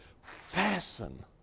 fasten